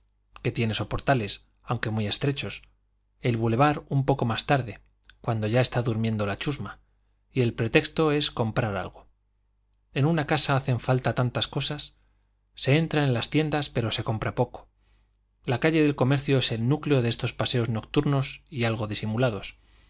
que tiene soportales aunque muy estrechos el boulevard un poco más tarde cuando ya está durmiendo la chusma y el pretexto es comprar algo en una casa hacen falta tantas cosas se entra en las tiendas pero se compra poco la calle del comercio es el núcleo de estos paseos nocturnos y algo disimulados